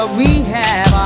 rehab